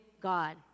God